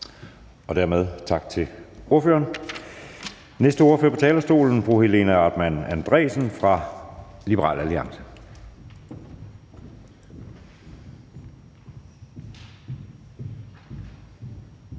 Dermed tak til ordføreren. Den næste ordfører på talerstolen er fru Helena Artmann Andresen fra Liberal Alliance.